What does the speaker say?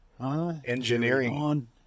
Engineering